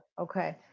okay